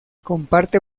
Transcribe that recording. comparte